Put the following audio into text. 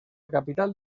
capital